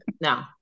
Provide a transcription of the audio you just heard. No